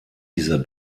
dieser